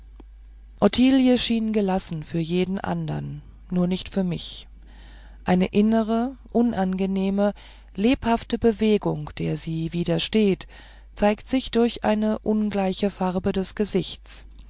schien gelassen für jeden andern nur nicht für mich eine innere unangenehme lebhafte bewegung der sie widersteht zeigt sich durch eine ungleiche farbe des gesichts